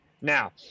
Now